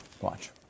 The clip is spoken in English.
Watch